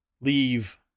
leave